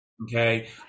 Okay